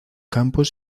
campos